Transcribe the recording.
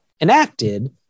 enacted